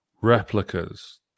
Replicas